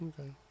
Okay